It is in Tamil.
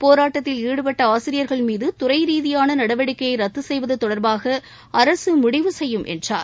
போராட்டத்தில் ஈடுபட்ட ஆசிரியர்கள் மீது துறை ரீதியான நடவடிக்கையை ரத்து செய்வது தொடர்பாக அரசு முடிவு செய்யும் என்றார்